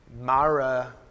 Mara